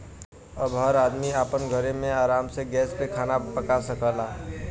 अब हर आदमी आपन घरे मे आराम से गैस पे खाना पका सकला